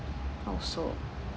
also